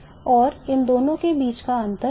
और इन दोनों के बीच का अंतर 6B है